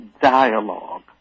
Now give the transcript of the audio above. dialogue